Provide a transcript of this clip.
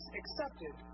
accepted